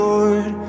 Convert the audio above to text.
Lord